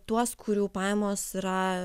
tuos kurių pajamos yra